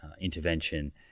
intervention